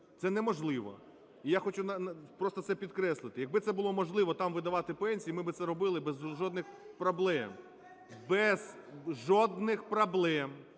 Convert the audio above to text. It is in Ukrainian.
Це неможливо. І я хочу просто це підкреслити. Якби це було можливо там видавати пенсії, ми би це робили без жодних проблем. (Шум у залі) Без жодних проблем!